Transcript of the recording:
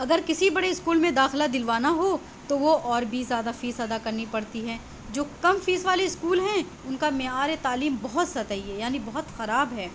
اگر کسی بڑے اسکول میں داخلہ دلوانا ہو تو وہ اور بھی زیادہ فیس ادا کرنی پڑتی ہے جو کم فیس والے اسکول ہیں ان کا معیار تعلیم بہت سطحی ہے یعنی بہت خراب ہے